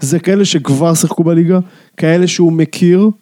זה כאלה שכבר שיחקו בליגה, כאלה שהוא מכיר.